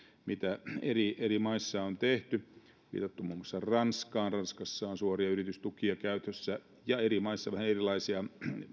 mitä eri eri maissa on tehty on viitattu muun muassa ranskaan ranskassa on suoria yritystukia käytössä ja eri maissa on vähän erilaisia